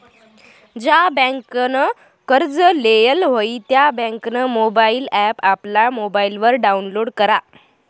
ज्या बँकनं कर्ज लेयेल व्हयी त्या बँकनं मोबाईल ॲप आपला मोबाईलवर डाऊनलोड करा